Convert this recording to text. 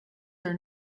are